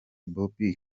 bobbi